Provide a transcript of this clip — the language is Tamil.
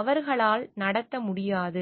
அவர்களால் நடத்த முடியாது